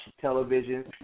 television